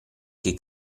che